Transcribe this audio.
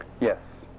Yes